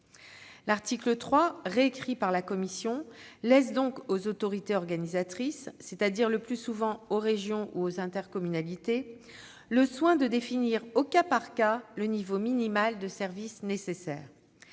L'article 3, tel que récrit par la commission, laisse donc aux autorités organisatrices de transports, c'est-à-dire, le plus souvent, aux régions ou aux intercommunalités, le soin de définir au cas par cas le niveau minimal de service nécessaire.